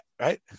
right